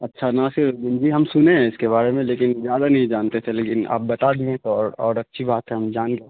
اچھا ناصر الدین جی ہم سنے ہیں اس کے بارے میں لیکن زیادہ نہیں جانتے تھے لیکن اب بتا دیے تو اور اور اچھی بات ہے ہم جان گئے